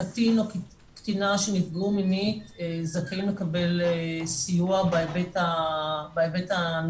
קטין או קטינה שנפגעו מינית זכאים לקבל סיוע בהיבט הנפשי.